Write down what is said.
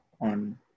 on